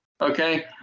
Okay